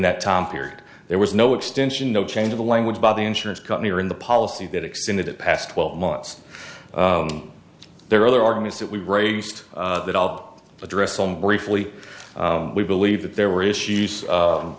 that time period there was no extension no change of the language by the insurance company or in the policy that extended it past twelve months there are other arguments that we've raised that i'll address on briefly we believe that there were issues